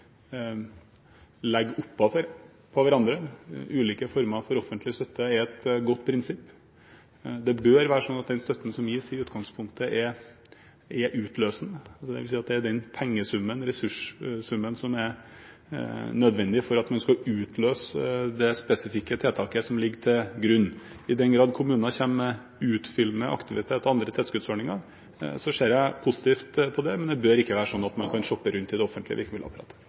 legge ulike former for offentlig støtte oppå hverandre, er et godt prinsipp. Det bør være slik at den støtten som gis, i utgangspunktet er utløsende. Det vil si at det er den pengesummen, ressursen, som er nødvendig for at den skal utløse det spesifikke tiltaket, som ligger til grunn. I den grad kommuner kommer med utfyllende aktivitet og andre tilskuddsordninger, ser jeg positivt på det, men det bør ikke være slik at man kan shoppe rundt i det offentlige virkemiddelapparatet.